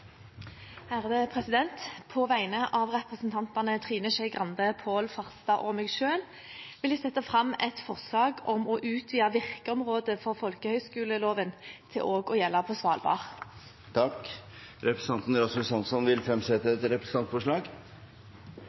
På vegne av representantene Trine Skei Grande, Pål Farstad og meg selv vil jeg sette fram et forslag om å utvide virkeområdet for folkehøyskoleloven til også å gjelde på Svalbard. Representanten Rasmus Hansson vil fremsette et representantforslag.